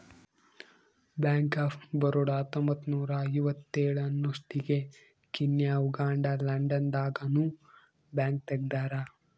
bank of Baroda ಹತ್ತೊಂಬತ್ತ್ನೂರ ಐವತ್ತೇಳ ಅನ್ನೊಸ್ಟಿಗೆ ಕೀನ್ಯಾ ಉಗಾಂಡ ಲಂಡನ್ ದಾಗ ನು ಬ್ಯಾಂಕ್ ತೆಗ್ದಾರ